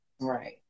right